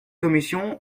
commission